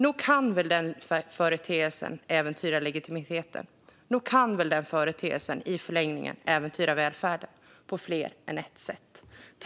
Nog kan väl den företeelsen äventyra legitimiteten? Nog kan väl den företeelsen i förlängningen äventyra välfärden på fler än ett sätt?